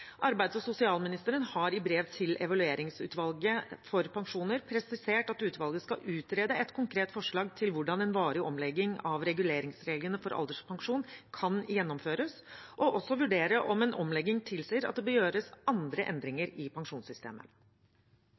Arbeids- og sosialministeren har i brev til evalueringsutvalget for pensjoner presisert at utvalget skal utrede et konkret forslag til hvordan en varig omlegging av reguleringsreglene for alderspensjon kan gjennomføres, og også vurdere om en omlegging tilsier at det bør gjøres andre endringer i pensjonssystemet.